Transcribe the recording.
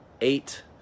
eight